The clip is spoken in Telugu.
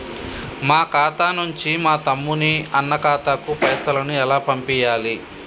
మా ఖాతా నుంచి మా తమ్ముని, అన్న ఖాతాకు పైసలను ఎలా పంపియ్యాలి?